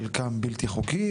חלקם בלתי חוקיים,